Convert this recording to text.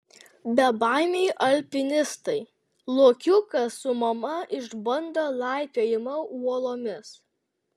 bebaimiai alpinistai lokiukas su mama išbando laipiojimą uolomis